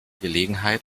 gelegenheit